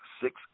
six